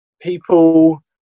people